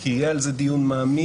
כי יהיה על זה דיון מעמיק.